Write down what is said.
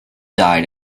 died